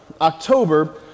October